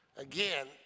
Again